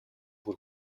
бүр